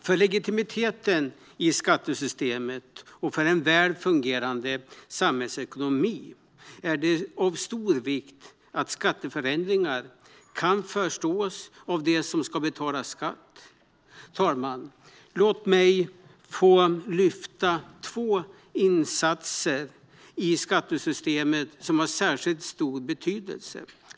För legitimiteten i skattesystemet och för en väl fungerande samhällsekonomi är det av stor vikt att skatteförändringar kan förstås av dem som ska betala skatt. Herr talman! Låt mig få lyfta fram två insatser i skattesystemet som har särskilt stor betydelse.